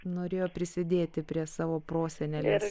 norėjo prisidėti prie savo prosenelės